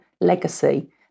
legacy